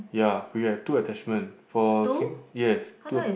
ya we had two attachment for sing yes two